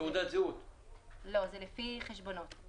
כי אנחנו מבינים שבצ'ק הזה יש סיכונים מובנים שהם מוגברים.